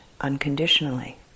unconditionally